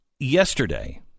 Yesterday